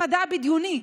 בדיוני,